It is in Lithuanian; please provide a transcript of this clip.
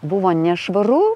buvo nešvaru